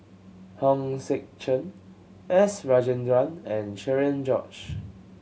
Hong Sek Chern S Rajendran and Cherian George